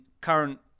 current